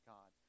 God